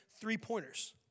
three-pointers